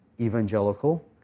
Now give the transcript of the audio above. evangelical